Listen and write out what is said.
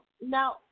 now